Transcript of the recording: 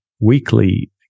weekly